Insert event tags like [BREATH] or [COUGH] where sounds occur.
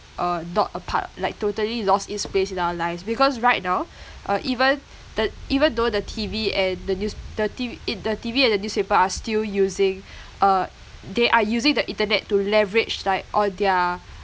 uh not a part like totally lost its place in our lives because right now [BREATH] uh even the even though the T_V and the news~ the T_V it the T_V and the newspaper are still using [BREATH] uh they are using the internet to leverage like all their